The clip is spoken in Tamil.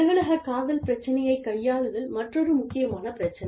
அலுவலக காதல் பிரச்சனையைக் கையாளுதல் மற்றொரு முக்கியமான பிரச்சினை